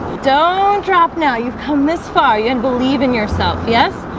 don't drop now. you've come this far you and believe in yourself. yes.